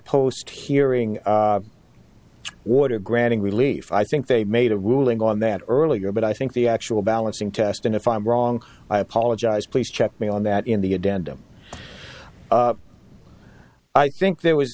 post hearing water granting relief i think they made a ruling on that earlier but i think the actual balancing test and if i'm wrong i apologize please check me on that in the addendum i think there was